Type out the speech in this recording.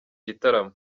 gitaramo